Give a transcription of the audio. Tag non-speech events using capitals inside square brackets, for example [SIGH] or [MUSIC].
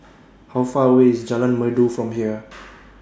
How Far away IS Jalan Merdu from here [NOISE]